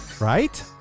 right